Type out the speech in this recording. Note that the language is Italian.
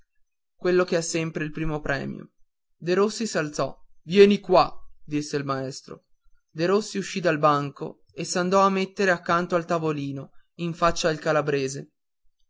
quello che ha sempre il primo premio derossi s'alzò vieni qua disse il maestro derossi uscì dal banco e s'andò a mettere accanto al tavolino in faccia al calabrese